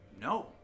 No